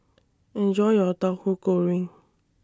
Enjoy your Tauhu Goreng